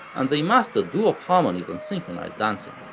and they mastered doo-wop harmonies and synchronized dancing.